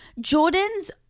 Jordan's